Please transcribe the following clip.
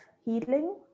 healing